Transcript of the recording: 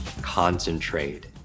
concentrate